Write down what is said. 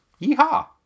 Yeehaw